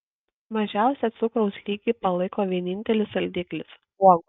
mažiausią cukraus lygį palaiko vienintelis saldiklis uogos